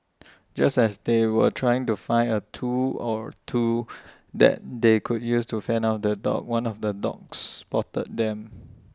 just as they were trying to find A tool or two that they could use to fend off the dogs one of the dogs spotted them